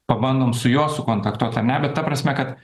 pabandom su juo sukontaktuot ar ne bet ta prasme kad